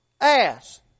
ass